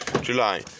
July